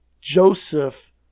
Joseph